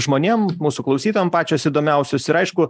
žmonėm mūsų klausytojam pačios įdomiausios ir aišku